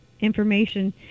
information